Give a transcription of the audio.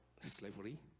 slavery